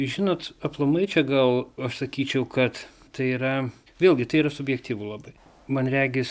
žinot aplamai čia gal aš sakyčiau kad tai yra vėlgi tai ir subjektyvu labai man regis